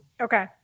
Okay